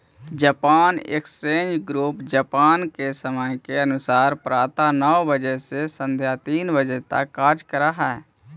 Japan exchange group Japan के समय के अनुसार प्रातः नौ बजे से सायं तीन बजे तक कार्य करऽ हइ